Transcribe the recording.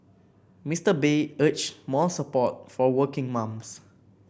Mister Bay urged more support for working mums